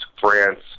France